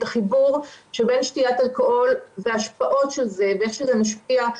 החיבור שבין שתיית אלכוהול והשפעות של זה ואיך שזה משפיע.